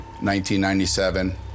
1997